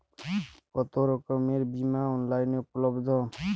কতোরকমের বিমা অনলাইনে উপলব্ধ?